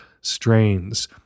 strains